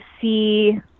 see